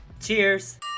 Cheers